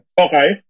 Okay